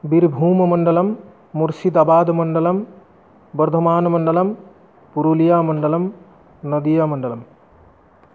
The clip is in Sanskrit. बिरुभूममण्डलं मूर्षिदाबाद् मण्डलं बर्धमान्मण्डलं पुरुलियामण्डलं नदीयामण्डलं